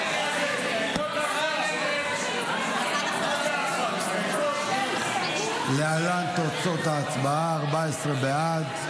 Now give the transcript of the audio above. היו"ר ארז מלול: להלן תוצאות ההצבעה: 14 בעד,